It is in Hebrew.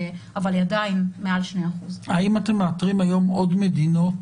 אבל היא עדיין מעל 2%. האם אתם מאתרים היום עוד מדינות